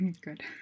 Good